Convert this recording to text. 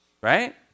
Right